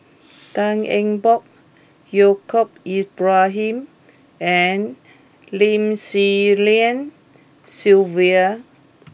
Tan Eng Bock Yaacob Ibrahim and Lim Swee Lian Sylvia